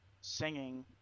singing